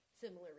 similar